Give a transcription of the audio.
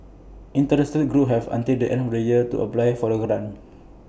interested groups have until the end of the year to apply for the grant